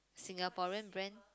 Singaporean brand